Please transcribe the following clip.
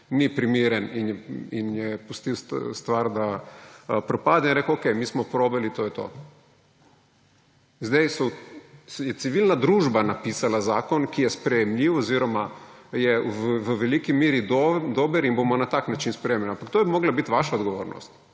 ni primeren. In je pustil stvar, da propade. Je rekel, okej, mi smo probali, to je to. Zdaj je civilna družba napisala zakon, ki je sprejemljiv oziroma je v veliki meri dober in bomo na tak način sprejemali. Ampak to bi morala biti vaša odgovornost.